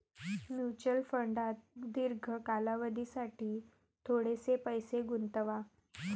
mutual फंडात दीर्घ कालावधीसाठी थोडेसे पैसे गुंतवा